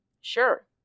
Sure